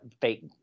fake